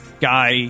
guy